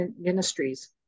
Ministries